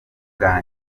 bwa